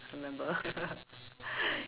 I remember